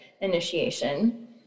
initiation